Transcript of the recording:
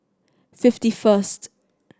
fifty first